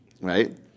Right